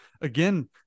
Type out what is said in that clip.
again